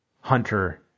Hunter